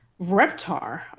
Reptar